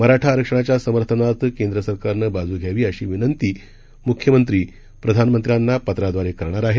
मराठा आरक्षणाच्या समर्थनार्थ केंद्र सरकारनं बाजू घ्यावी अशी विनंती मुख्यमंत्री प्रधानमंत्र्यांना पत्राद्वारे करणार आहेत